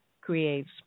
creates